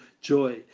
joy